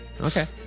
Okay